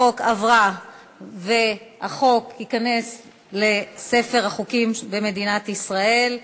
החוק התקבל וייכנס לספר החוקים של מדינת ישראל.